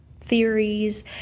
theories